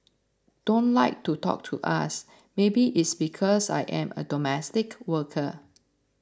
don't like to talk to us maybe it's because I am a domestic worker